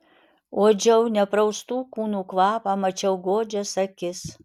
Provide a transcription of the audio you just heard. uodžiau nepraustų kūnų kvapą mačiau godžias akis